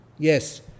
Yes